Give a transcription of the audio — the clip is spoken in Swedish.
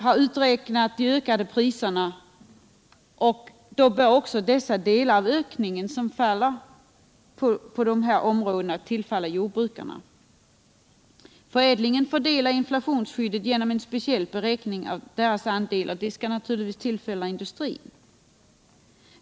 Är det då inte självklart att också de delar av ökningen som kommer på dessa områden bör tillfalla jordbrukarna? Förädlingen fördelar inflationsskyddet genom en speciell beräkning av dess andel, som naturligtvis skall tillfalla industrin.